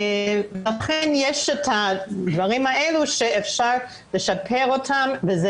לכן יש את הדברים האלה שאפשר לשפר וזה